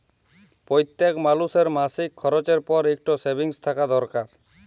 প্যইত্তেক মালুসের মাসিক খরচের পর ইকট সেভিংস থ্যাকা দরকার